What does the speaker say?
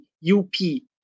U-P